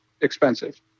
expensive